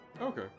okay